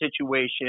situation